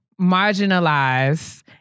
marginalize